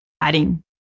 adding